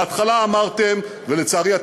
בהתחלה אמרתם ולצערי,